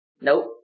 Nope